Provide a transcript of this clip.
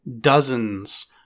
Dozens